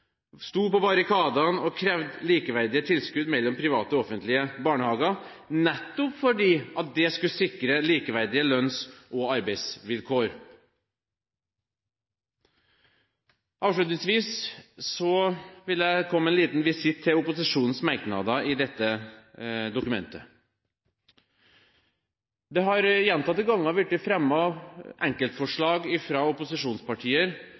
sto på barrikadene og krevde likeverdige tilskudd mellom private og offentlige barnehager, nettopp fordi det skulle sikre likeverdige lønns- og arbeidsvilkår. Avslutningsvis vil jeg komme med en liten visitt til opposisjonens merknader i dette dokumentet. Det har gjentatte ganger blitt fremmet enkeltforslag fra opposisjonspartier